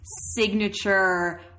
signature